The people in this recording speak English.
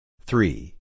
Three